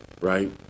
Right